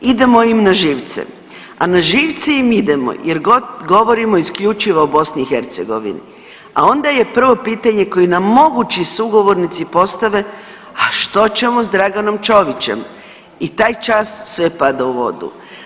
Idemo im na živce, a na živce im idemo jer govorimo isključivo o BiH, a onda je prvo pitanje koje nam mogući sugovornici postave, a što ćemo s Draganom Čovićem i taj čas sve pada u vodu.